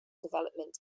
development